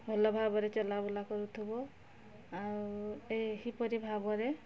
ଭଲ ଭାବରେ ଚଲାବୁଲା କରୁଥିବ ଆଉ ଏହିପରି ଭାବରେ